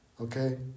okay